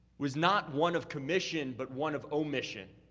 was not one of commission, but one of omission,